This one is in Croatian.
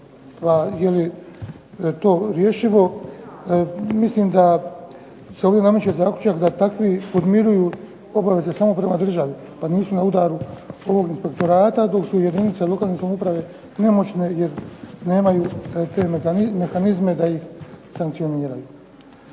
jeli to rješivo? Mislim da se ovdje nameće zaključak da takvi podmiruju obaveze samo prema državi pa nisu na udaru ovog inspektorata, dok su jedinice lokalne samouprave nemoćne jer nemaju te mehanizme da ih sankcioniraju.